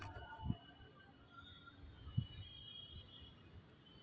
ధరఖాస్తుదారుని వయస్సు మగ లేదా ఆడ ఎంత ఉండాలి?